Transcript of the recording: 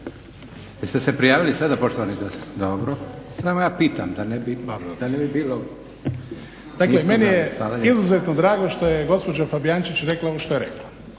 Jeste se prijavili sada poštovani zastupniče, dobro. **Šuker, Ivan (HDZ)** Dakle meni je izuzetno drago što je gospođa Fabijančić rekla ono što je rekla.